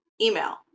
email